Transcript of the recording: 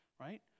right